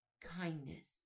kindness